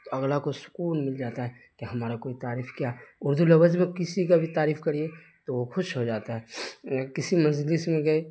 تو اگلا کو سکون مل جاتا ہے کہ ہمارا کوئی تعریف کیا اردو لفظ میں کسی کا بھی تعریف کریے تو وہ خوش ہو جاتا ہے کسی مجلس میں گئے